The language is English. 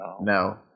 No